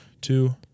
Two